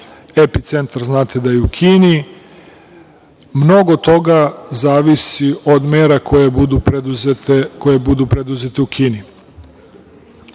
epicentar znate da je u Kini. Mnogo toga zavisi od mera koje budu preduzete u Kini. Mi